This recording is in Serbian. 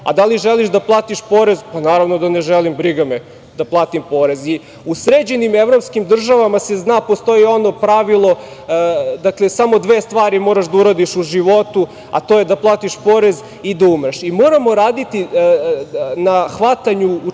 a da li želiš da platiš porez – pa naravno da ne želim, briga me da platim porez.U sređenim evropskim državama se zna i postoji ono pravilo – samo dve stvari moraš da uradiš u životu, a to je da platiš porez i da umreš. Moramo raditi na hvatanju učinilaca